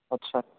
अच्छा